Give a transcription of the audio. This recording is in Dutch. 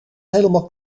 helemaal